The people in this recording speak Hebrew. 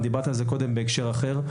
דיברת על זה קודם בהקשר אחר.